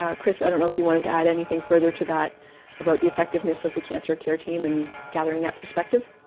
ah chris, i don't' know if you wanted to add anything further to that about the effectiveness of the cancer care team and gathering that perspective.